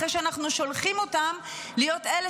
אחרי שאנחנו שולחים אותן להיות אלה